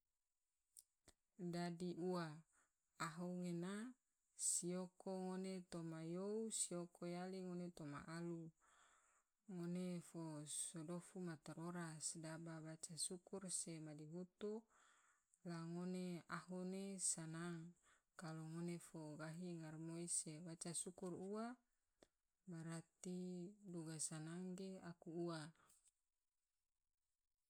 Dadi ua, ahu nena ge sioko ngone toma you, sioko yali ngone toma alu ngone fo so dofu matorora sedaba ngone waca sukur te jou madihutu la ngone ahu ne sanang, kalo ngone fo gahi ngaramoi se waca sukur ua brati duga sanang ge aku ua.